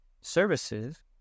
services